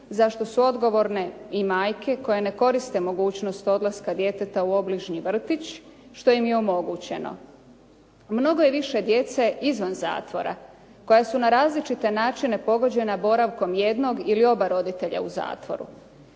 za što su odgovorne i majke koje ne koriste mogućnost odlaska djeteta u obližnji vrtić što im je omogućeno. Mnogo je više djece izvan zatvora koja su na različite načine pogođena boravkom jednog ili oba roditelja u zatvoru.